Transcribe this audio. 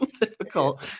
difficult